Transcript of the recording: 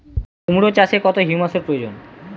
কুড়মো চাষে কত হিউমাসের প্রয়োজন?